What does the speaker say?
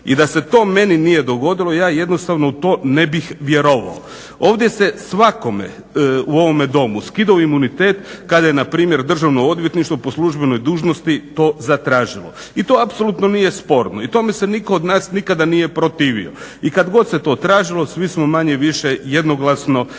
I da se to meni nije dogodilo ja jednostavno u to ne bih vjerovao. Ovdje se svakome u ovome Domu skidao imunitet kada je npr. Državno odvjetništvo po službenoj dužnosti to zatražilo. I to apsolutno nije sporno i tome se niko od nas nikada nije protivio. I kada god se to tražilo svi smo manje-više jednoglasno za